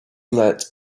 let